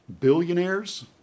Billionaires